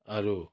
আৰু